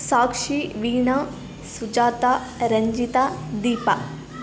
Sakshi Veena Sujata Ranjita Deepa